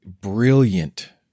brilliant